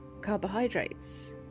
carbohydrates